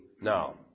now